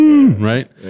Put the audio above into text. Right